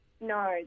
No